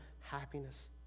happiness